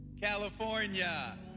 California